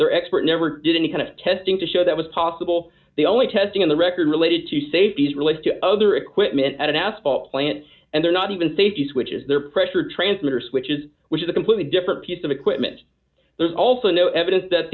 their expert never did any kind of testing to show that was possible the only testing in the record related to safety as relates to other equipment at an asphalt plant and they're not even safety switch is there pressure transmitter switches which is a completely different piece of equipment there's also no evidence that